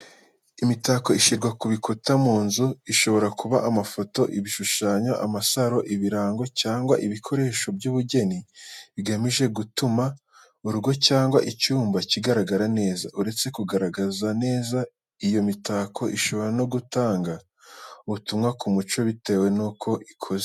Imitako ishyirwa ku bikuta mu nzu, ishobora kuba amafoto, ibishushanyo, amasaro, ibirango, cyangwa ibikoresho by'ubugeni bigamije gutuma urugo cyangwa icyumba kigaragara neza. Uretse kugaragara neza, iyo mitako ishobora no gutanga ubutumwa bw'umuco bitewe nuko ikoze.